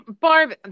Barb